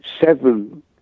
seven